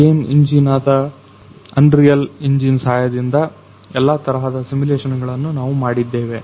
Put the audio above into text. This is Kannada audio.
ಗೇಮ್ ಇಂಜಿನ್ ಆದ unreal ಇಂಜಿನ್ ಸಹಾಯದಿಂದ ಎಲ್ಲ ತರಹ ಸಿಮುಲೇಶನ್ ಗಳನ್ನ ನಾವು ಮಾಡಿದ್ದೇವೆ